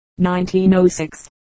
1906